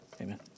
amen